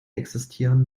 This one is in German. existieren